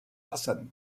hassan